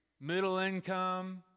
middle-income